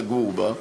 לגור בה.